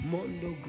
Mondo